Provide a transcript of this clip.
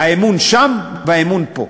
האמון שם והאמון פה.